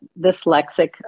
dyslexic